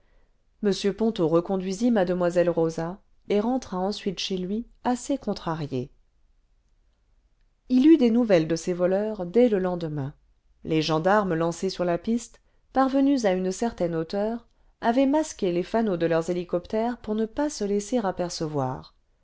m ponto reconduisit mademoiselle rosa et rentra ensuite chez lui assez contrarié h eut des nouvelles de ses voleurs dès le lendemain les gendarmes lancés sur la piste parvenus à une certaine hauteur avaient masqué les fanaux de leurs hélicoptères pour ne pas se laisser apercevoir